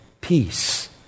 peace